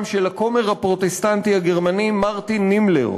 של הכומר הפרוטסטנטי הגרמני מרטין נימלר.